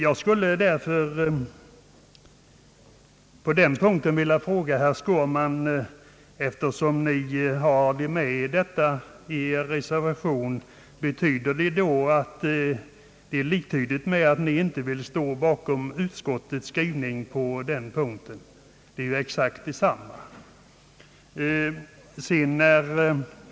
Jag skulle därför på den punkten vilja fråga herr Skårman: Betyder detta att reservanterna inte står bakom utskottets skrivning i detta avseende, trots att det är fråga om exakt samma förslag?